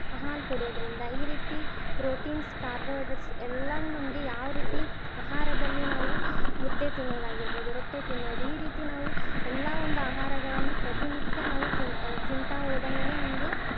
ಹಾಲು ಕುಡಿಯೋದರಿಂದ ಈ ರೀತಿ ಪ್ರೋಟೀನ್ಸ್ ಕಾರ್ಬೋಹೈಡ್ರೆಟ್ಸ್ ಎಲ್ಲವು ನಮಗೆ ಯಾವರೀತಿ ಆಹಾರದಲ್ಲಿ ನಾವು ಮುದ್ದೆ ತಿನ್ನೋದಾಗಿರ್ಬೌದು ರೊಟ್ಟಿ ತಿನ್ನೋದು ಈ ರೀತಿ ನಾವು ಎಲ್ಲ ಒಂದು ಆಹಾರಗಳನ್ನ ಪ್ರತಿ ನಿತ್ಯ ನಾವು ತಿಂತಾ ಹೋದಂಗಲೆ ನಮಗೆ